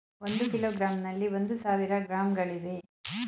ಒಂದು ಕಿಲೋಗ್ರಾಂನಲ್ಲಿ ಒಂದು ಸಾವಿರ ಗ್ರಾಂಗಳಿವೆ